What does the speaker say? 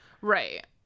Right